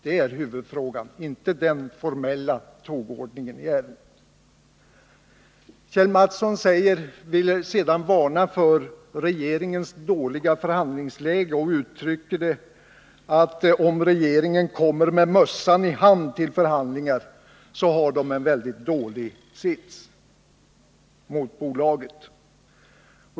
Det är huvudfrågan — inte den formella tågordningen i ärendet. Kjell Mattsson vill vidare varna för regeringens dåliga förhandlingsläge och uttrycker det så, att om regeringen kommer med mössan i hand till förhandlingar, har den en mycket dålig sits mot bolaget.